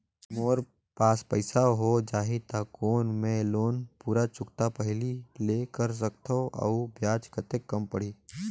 मोर पास पईसा हो जाही त कौन मैं लोन पूरा चुकता पहली ले कर सकथव अउ ब्याज कतेक कम पड़ही?